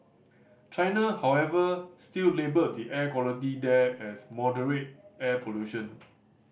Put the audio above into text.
China however still labelled the air quality there as moderate air pollution